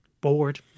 bored